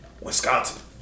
Wisconsin